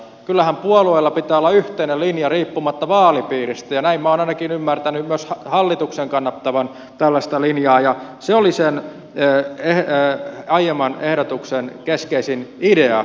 kyllähän puolueella pitää olla yhteinen linja riippumatta vaalipiiristä ja minä ainakin olen ymmärtänyt myös hallituksen kannattavan tällaista linjaa ja se oli sen aiemman ehdotuksen keskeisin idea